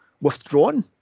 withdrawn